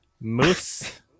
Moose